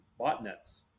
botnets